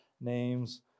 name's